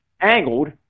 angled